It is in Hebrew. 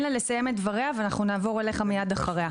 דבריה ונעבור אליך מיד אחריה.